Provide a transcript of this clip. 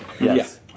Yes